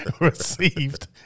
received